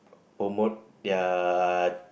promote their